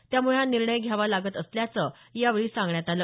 त्यामुळे हा निर्णय घ्यावा लागत असल्याचं यावेळी सांगण्यात आलं